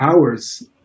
hours